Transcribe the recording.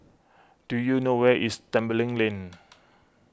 do you know where is Tembeling Lane